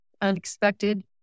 unexpected